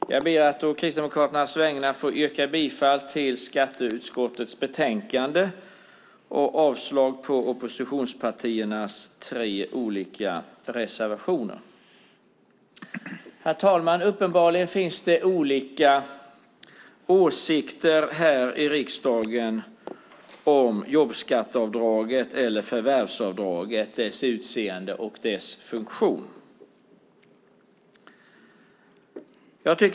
Herr talman! Jag ber att å Kristdemokraternas vägnar få yrka bifall till skatteutskottets förslag i betänkandet och avslag på oppositionspartiernas tre reservationer. Uppenbarligen finns det olika åsikter i riksdagen om jobbskatteavdraget, eller förvärvsavdraget, dess utseende och dess funktion.